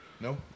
No